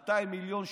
200 מיליון שקל.